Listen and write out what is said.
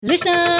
Listen